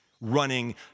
running